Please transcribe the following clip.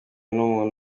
n’umuntu